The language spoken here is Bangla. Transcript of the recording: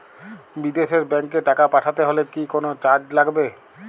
বিদেশের ব্যাংক এ টাকা পাঠাতে হলে কি কোনো চার্জ লাগবে?